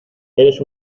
eres